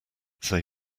say